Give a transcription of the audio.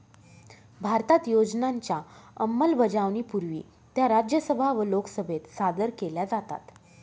भारतात योजनांच्या अंमलबजावणीपूर्वी त्या राज्यसभा व लोकसभेत सादर केल्या जातात